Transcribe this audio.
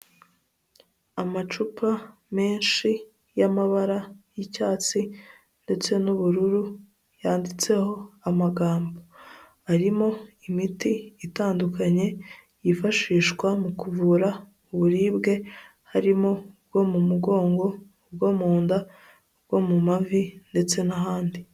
Amacupa menshi y'amabara y'icyatsi ndetse n'ubururu yanditseho amagambo arimo imiti itandukanye yifashishwa mu kuvura uburibwe harimo ubwo mu mugongo, ubwo mu nda, ubwo mu mavi ndetse n'ahandi.